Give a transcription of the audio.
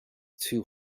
too